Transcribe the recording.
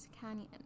Canyon